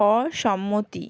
অসম্মতি